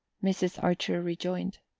mrs. archer rejoined.